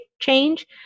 change